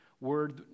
word